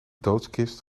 doodskist